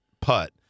putt